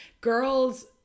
girls